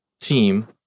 team